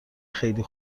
خیلی